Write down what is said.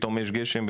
פתאום יש גשם,